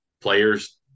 players